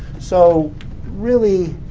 so really,